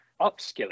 upskilling